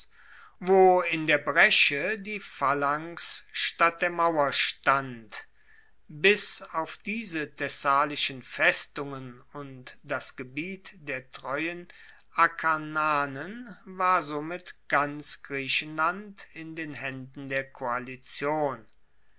wo in der bresche die phalanx statt der mauer stand bis auf diese thessalischen festungen und das gebiet der treuen akarnanen war somit ganz nordgriechenland in den haenden der koalition